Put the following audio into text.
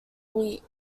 week